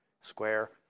square